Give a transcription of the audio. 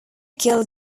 gil